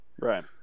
Right